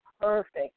perfect